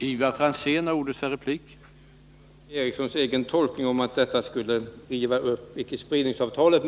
Herr talman! Det är Sture Ericsons egen tolkning att detta skulle riva upp icke-spridningsavtalet.